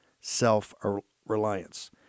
self-reliance